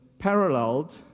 paralleled